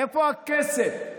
איפה הכסף?